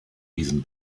diesen